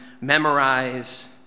memorize